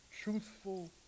truthful